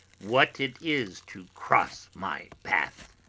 what it is to cross my path.